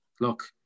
look